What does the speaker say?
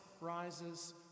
rises